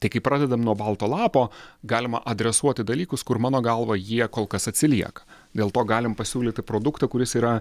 tai kai pradedam nuo balto lapo galima adresuoti dalykus kur mano galva jie kol kas atsilieka dėl to galim pasiūlyti produktą kuris yra